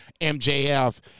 MJF